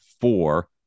four